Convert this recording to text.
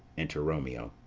enter romeo.